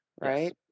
right